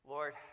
Lord